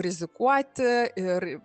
rizikuoti ir